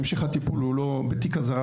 שהמשך הטיפול הוא לא בתיק אזהרה,